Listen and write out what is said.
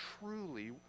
truly